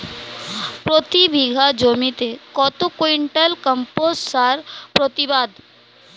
প্রতি বিঘা জমিতে কত কুইন্টাল কম্পোস্ট সার প্রতিবাদ?